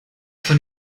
von